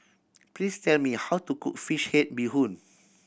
please tell me how to cook fish head bee hoon